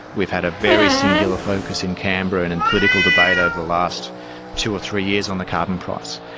we've had a very singular focus in canberra and in political debate over the last two or three years on the carbon price.